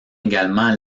également